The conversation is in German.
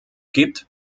gibt